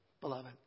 beloved